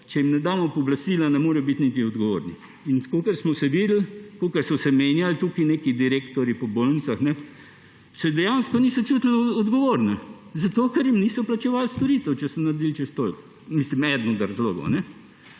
Če jim ne damo pooblastila, ne morejo biti niti odgovorni. In kakor smo vse videli, kakor so se menjali tukaj neki direktorji po bolnicah, se dejansko niso čutili odgovorni, zato ker jim niso plačevali storitev, če so naredili čez toliko. Eden od razlogov.